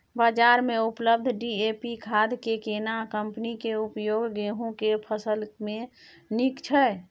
बाजार में उपलब्ध डी.ए.पी खाद के केना कम्पनी के उपयोग गेहूं के फसल में नीक छैय?